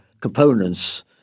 components